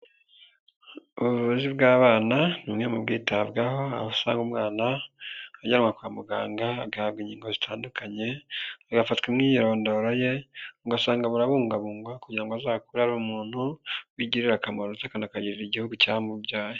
Ubuvuzi bw'abana nimwe mu bwitabwaho aho usanga umwana ajyanwa kwa muganga agahabwa inkingo zitandukanye hagafatwa imyirondoro ye, ugasanga burabungabungwa kugira ngo azakurere umuntu wigirira akamaro ndetse akanakagirira igihugu cyamubyaye.